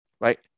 right